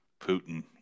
Putin